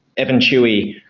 evan tschui,